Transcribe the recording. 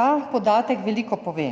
Ta podatek veliko pove.